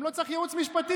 גם לא צריך ייעוץ משפטי,